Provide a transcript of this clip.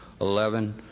Eleven